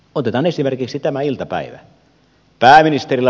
otetaan esimerkiksi tämä iltapäivä